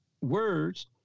words